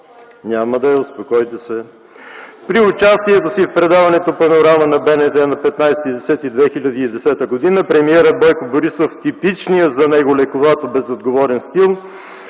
Няма да е, успокойте се! При участието си в предаването в „Панорама” на БНТ на 15.10.2010 г., премиерът Бойко Борисов в типичния за него лековато-безотговорен стил